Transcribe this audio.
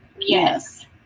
Yes